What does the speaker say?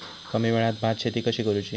कमी वेळात भात शेती कशी करुची?